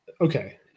okay